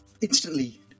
instantly